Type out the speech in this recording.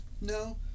no